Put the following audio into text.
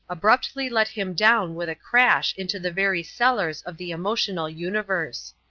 abruptly let him down with a crash into the very cellars of the emotional universe.